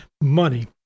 money